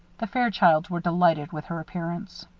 the fairchilds were delighted with her appearance.